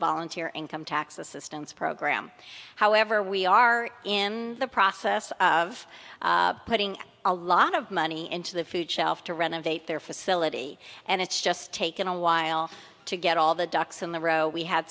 volunteer income tax assistance program however we are in the process of putting a lot of money into the food shelf to renovate their facility and it's just taken a while to get all the ducks in the row we had